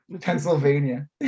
Pennsylvania